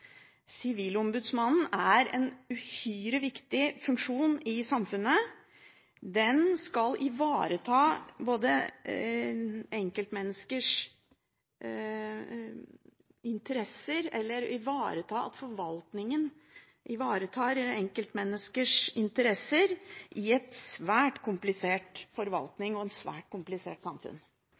Sivilombudsmannen. Sivilombudsmannen har en uhyre viktig funksjon i samfunnet. Den skal sørge for at forvaltningen ivaretar enkeltmenneskers interesser i en svært komplisert forvaltning i et svært komplisert samfunn.